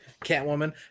Catwoman